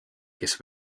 kes